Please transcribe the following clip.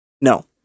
No